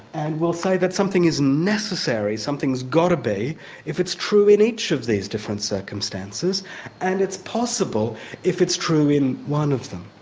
and we'll say that something is necessary, something has got to be if it's true in each of these different circumstances and it's possible if it's true in one of them.